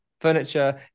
furniture